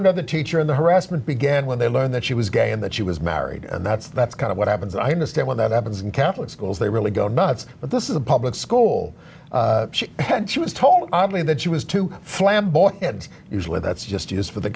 another teacher in the harassment began when they learned that she was gay and that she was married and that's that's kind of what happens i understand when that happens in catholic schools they really go nuts but this is a public school and she was told oddly that she was too flamboyant and usually that's just use for the